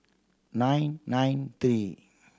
nine nine three